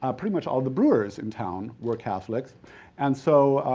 ah pretty much all the brewers in town were catholic and so,